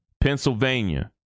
Pennsylvania